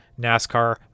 NASCAR